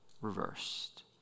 reversed